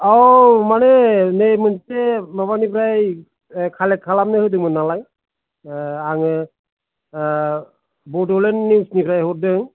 औ मानि नै मोनसे माबानिफ्राय खालेक्ट खालामनो होदोंमोन नालाय आङो बड'लेण्ड निउसनिफ्राय हरदों